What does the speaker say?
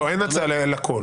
לא אין הצעה על הכל,